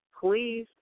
Please